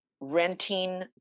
renting